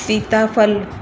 सीता फ़ल